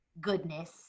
goodness